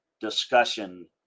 discussion